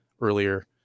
earlier